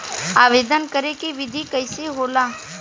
आवेदन करे के विधि कइसे होला?